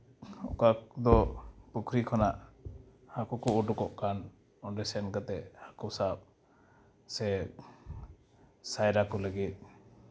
ᱚᱠᱟ ᱫᱚ ᱯᱩᱠᱷᱨᱤ ᱠᱷᱚᱱᱟᱜ ᱦᱟᱹᱠᱩ ᱠᱚ ᱩᱰᱩᱠᱚᱜ ᱠᱟᱱ ᱚᱸᱰᱮ ᱥᱮᱱ ᱠᱟᱛᱮ ᱦᱟᱹᱠᱩ ᱥᱟᱵ ᱥᱮ ᱥᱟᱭᱨᱟ ᱠᱚ ᱞᱟᱹᱜᱤᱫ